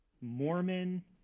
Mormon